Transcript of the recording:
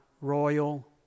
royal